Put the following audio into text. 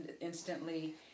instantly